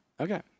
okay